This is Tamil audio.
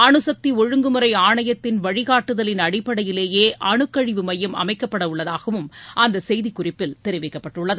அணுசக்திஒழுங்குமுறைஆணயத்தின் வழிகாட்டுதலின் அடிப்படையிலேயேஅணுக்கழிவு மையம் அமைக்கப்படஉள்ளதாகவும் அந்தசெய்திக் குறிப்பில் தெரிவிக்கப்பட்டுள்ளது